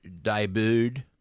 debuted